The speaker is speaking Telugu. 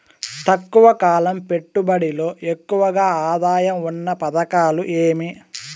తక్కువ కాలం పెట్టుబడిలో ఎక్కువగా ఆదాయం ఉన్న పథకాలు ఏమి?